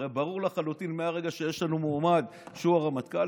הרי ברור לחלוטין שמהרגע שיש לנו מועמד שהוא הרמטכ"ל,